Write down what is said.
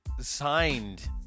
signed